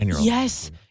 Yes